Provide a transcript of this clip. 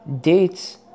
dates